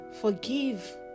forgive